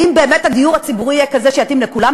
האם באמת הדיור הציבורי יהיה כזה שיתאים לכולם,